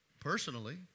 Personally